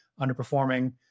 underperforming